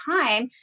time